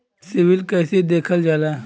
CIBIL कैसे देखल जाला?